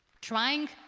Trying